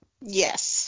yes